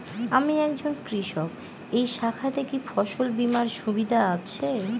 আমি একজন কৃষক এই শাখাতে কি ফসল বীমার সুবিধা আছে?